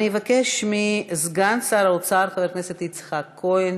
אני אבקש מסגן שר האוצר חבר הכנסת יצחק כהן